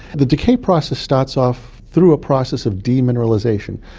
the decay process starts off through a process of demineralisation.